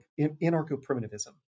anarcho-primitivism